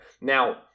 Now